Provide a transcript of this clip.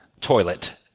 Toilet